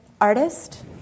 artist